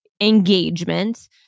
engagement